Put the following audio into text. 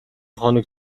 хоног